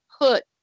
put